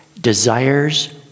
desires